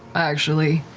actually.